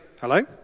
hello